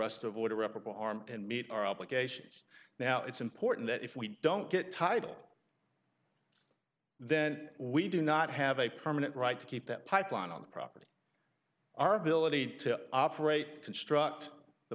us to avoid irreparable harm and meet our obligations now it's important that if we don't get title then we do not have a permanent right to keep that pipeline on the property our ability to operate construct the